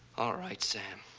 all right, sam.